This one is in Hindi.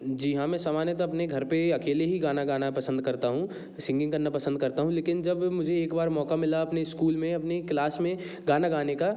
जी हाँ मैं सामान्यतः अपने घर पर अकेले ही गाना गाना पसंद करता हूँ सिंगिंग करना पसंद करता हूँ लेकिन जब मुझे एक बार मौक़ा मिला अपने स्कूल में अपनी क्लास में गाना गाने का